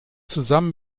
zusammen